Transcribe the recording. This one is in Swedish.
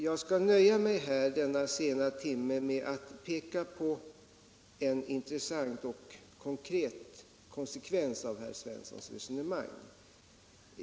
Jag skall vid denna sena timme nöja mig med att peka på en intressant och konkret konsekvens av herr Svenssons resonemang.